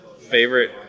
favorite